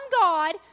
God